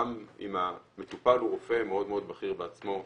גם אם המטופל הוא רופא מאוד מאוד בכיר בעצמו.